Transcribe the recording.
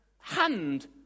hand